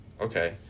okay